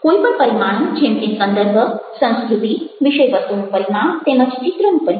કોઈ પણ પરિમાણો જેમ કે સંદર્ભ સંસ્કૃતિ વિષયવસ્તુનું પરિમાણ તેમજ ચિત્રનું પરિમાણ